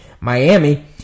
Miami